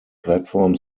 platform